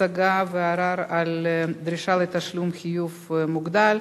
(השגה וערר על דרישה לתשלום חיוב מוגדל),